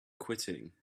quitting